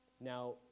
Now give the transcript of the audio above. Now